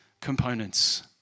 components